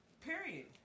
Period